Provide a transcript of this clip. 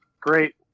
Great